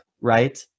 right